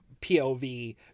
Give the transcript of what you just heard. POV